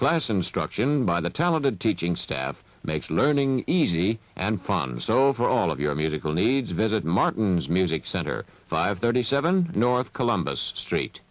class instruction by the talented teaching staff makes learning easy and fun so for all of your musical needs visit martin's music center five thirty seven north columbus street